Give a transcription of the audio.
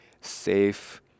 safe